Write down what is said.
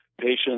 patients